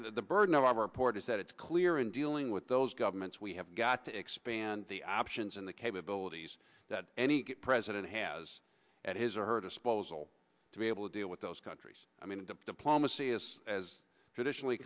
the burden of our report is that it's clear in dealing with those governments we have got to expand the options in the capabilities that any good president has at his or her disposal to be able to deal with those countries i mean the diplomacy is as traditionally